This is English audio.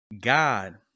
God